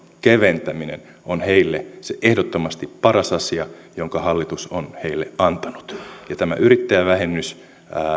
keventäminen on heille se ehdottomasti paras asia jonka hallitus on heille antanut ja tämä yrittäjävähennys